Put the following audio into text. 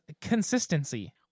consistency